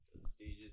stages